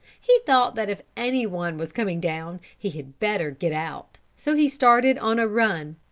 he thought that if anyone was coming down he had better get out so he started on a run,